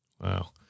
Wow